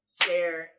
share